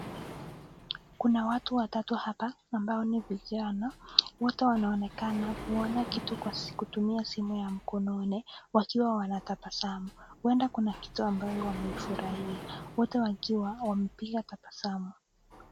Kuna watu watatu hapa ambao ni vijana wote wanaonekana kuona kitu kwa kutumia simu ya mkononi wakiwa wanatabasamu huenda kuna kitu ambayo wameifurahia wote wakiwa wamepiga tabasamu.